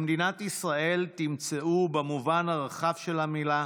במדינת ישראל תמצאו בית במובן הרחב של המילה,